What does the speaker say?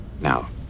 Now